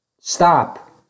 Stop